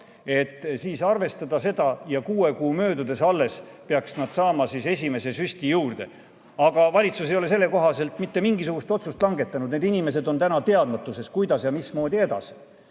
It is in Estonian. seda arvestada ja kuue kuu möödudes alles peaksid nad saama esimese süsti lisaks. Aga valitsus ei ole selle kohta mitte mingisugust otsust langetanud, need inimesed on teadmatuses, kuidas, mismoodi edasi.